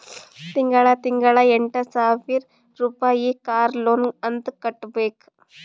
ತಿಂಗಳಾ ತಿಂಗಳಾ ಎಂಟ ಸಾವಿರ್ ರುಪಾಯಿ ಕಾರ್ ಲೋನ್ ಅಂತ್ ಕಟ್ಬೇಕ್